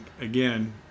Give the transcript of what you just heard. again